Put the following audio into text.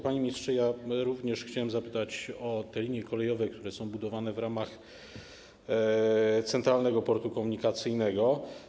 Panie ministrze, również chciałem zapytać o linie kolejowe, które są budowane w ramach budowy Centralnego Portu Komunikacyjnego.